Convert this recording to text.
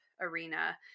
arena